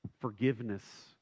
forgiveness